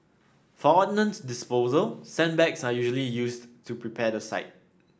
for ordnance disposal sandbags are usually used to prepare the site